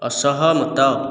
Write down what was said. ଅସହମତ